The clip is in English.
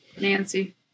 Nancy